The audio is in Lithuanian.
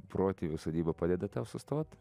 protėvių sodyba padeda tau sustot